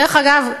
דרך אגב,